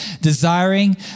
Desiring